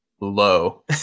low